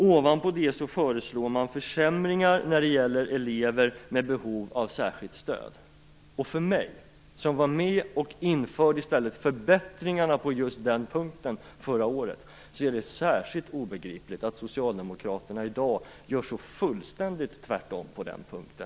Ovanpå det föreslår man försämringar när det gäller elever med behov av särskilt stöd. För mig, som var med och införde förbättringar på just den punkten förra året, är det särskilt obegripligt att socialdemokraterna i dag gör fullständigt tvärtom på denna punkt.